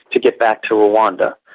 to get back to rwanda.